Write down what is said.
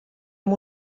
amb